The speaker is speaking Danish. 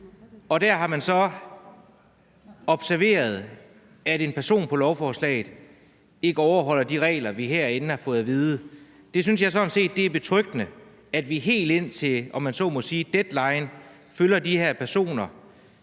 og der har man så observeret, at en person på lovforslaget ikke overholder de regler, vi herinde har vedtaget. Der synes jeg sådan set, det er betryggende, at vi helt indtil deadline, om man så må sige, følger de her personer